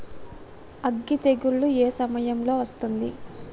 అగ్గి తెగులు ఏ సమయం లో వస్తుంది?